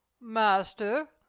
master